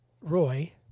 Roy